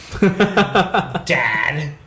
dad